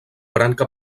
branca